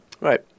Right